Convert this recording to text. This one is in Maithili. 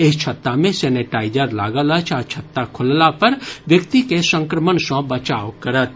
एहि छत्ता मे सेनेटाइजर लागल अछि आ छत्ता खोलला पर व्यक्ति के संक्रमण सॅ बचाव करत